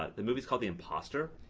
ah the movie is called the imposter.